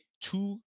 two